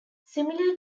similar